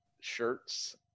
shirts